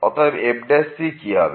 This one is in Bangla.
অতএব fc কি হবে